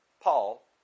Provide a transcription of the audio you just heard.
Paul